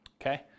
okay